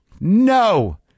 No